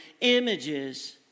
images